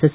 S